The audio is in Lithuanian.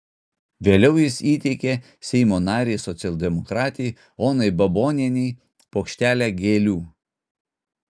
vėliau jis įteikė seimo narei socialdemokratei onai babonienei puokštelę gėlių